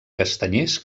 castanyers